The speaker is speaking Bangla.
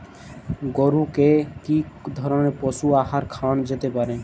গরু কে কি ধরনের পশু আহার খাওয়ানো যেতে পারে?